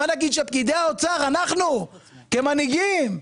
מה נגיד אנחנו כמנהיגים,